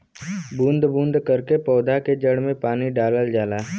बूंद बूंद करके पौधा के जड़ में पानी डालल जाला